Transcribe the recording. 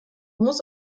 muss